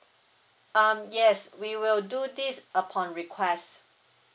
um yes we will do this upon request